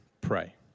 Pray